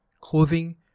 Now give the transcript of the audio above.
clothing